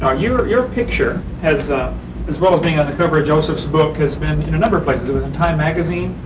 ah your your picture as as well as being on the cover of joseph's book is been in a number of places. it was in time magazine,